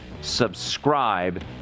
subscribe